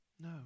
No